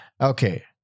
Okay